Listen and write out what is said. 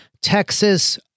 Texas